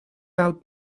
out